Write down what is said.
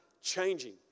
changing